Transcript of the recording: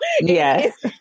Yes